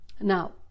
now